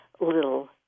little